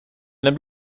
einem